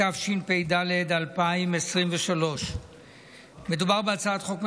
התשפ"ד 2023. מדובר בהצעת חוק ממשלתית,